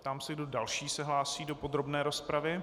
Ptám se, kdo další se hlásí do podrobné rozpravy.